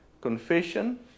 confession